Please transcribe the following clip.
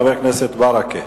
חבר הכנסת מוחמד ברכה.